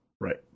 Right